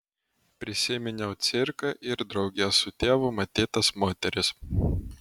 prisiminiau cirką ir drauge su tėvu matytas moteris